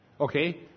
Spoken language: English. Okay